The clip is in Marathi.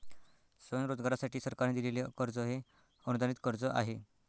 स्वयंरोजगारासाठी सरकारने दिलेले कर्ज हे अनुदानित कर्ज आहे